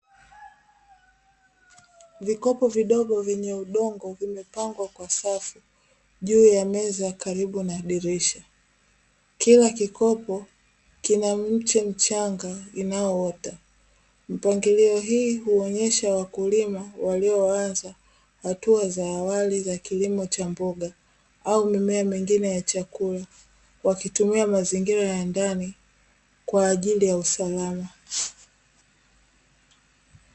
Vikopo vidogo vyenye udongo vimepangwa kwa safu juu ya meza karibu na dirisha, kila kikopo kina mche mchanga inayoota mipangilio hii huonyesha wakulima walioanza hatua za awali za kilimo cha mboga au mimea mingine ya chakula wakitumia mazingira ya ndani kwa ajili ya usalama.